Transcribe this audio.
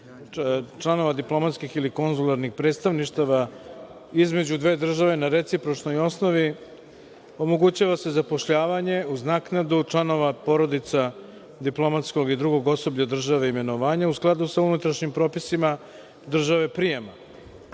članova diplomatskih ili konzularnih predstavništava između dve države na recipročnoj osnovi omogućava se zapošljavanje uz naknadu članova porodica diplomatskog i drugog osoblja države imenovanja, u skladu sa unutrašnjim propisima države prijema.